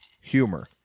Humor